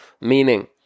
Meaning